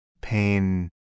pain